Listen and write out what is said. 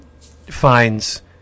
finds